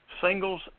singles